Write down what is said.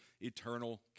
eternal